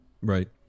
Right